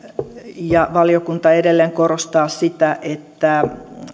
valiokunta edelleen korostaa sitä että